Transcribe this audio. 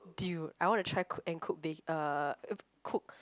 dude I want to try cook and cook uh cook